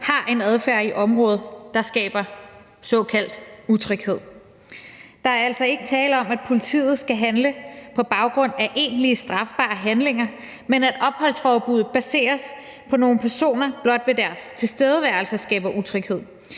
har en adfærd, der skaber såkaldt utryghed. Der er altså ikke tale om, at politiet skal handle på baggrund af egentlige strafbare handlinger, men at opholdsforbuddet baseres på nogle personer, der blot ved deres tilstedeværelse skaber utryghed.